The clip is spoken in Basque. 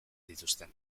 dituzten